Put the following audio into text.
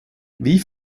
wie